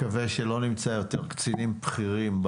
נקווה שלא נמצא יותר קצינים בכירים,